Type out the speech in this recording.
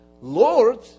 Lord